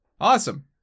Awesome